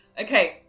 Okay